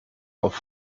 auf